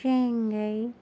Shanghai